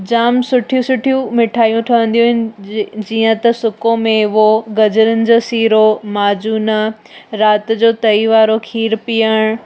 जामु सुठियूं सुठियूं मिठायूं ठहंदियूं आहिनि जीअं त सुको मेवो गजरुनि जो सीरो माजूनि राति जो तई वारो खीरु पीअणु